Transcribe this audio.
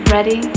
Ready